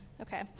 Okay